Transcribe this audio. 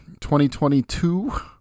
2022